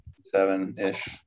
seven-ish